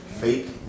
Fake